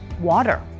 water